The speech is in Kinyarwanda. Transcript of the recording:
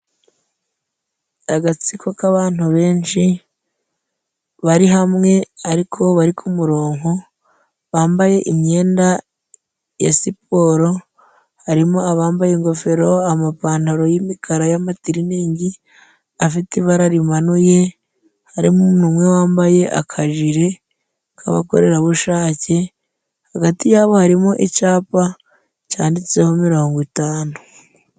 Agatsiko k'abantu benshi bari hamwe ariko bari kumuronko, bambaye imyenda ya siporo harimo abambaye ingofero amapantaro y'imikara y'amatiriningi afite ibara rimanuye harimo umuntu umwe wambaye akajiri k'abakorerabushake hagati yabo harimo icapa cyanditseho mirongo itanu.